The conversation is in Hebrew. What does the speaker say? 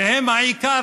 שהם העיקר.